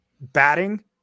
batting